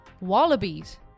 Wallabies